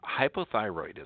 Hypothyroidism